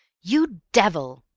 you devil!